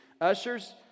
ushers